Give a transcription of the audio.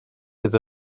fydd